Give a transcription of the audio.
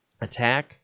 attack